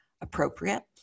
appropriate